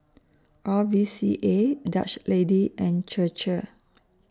R V C A Dutch Lady and Chir Chir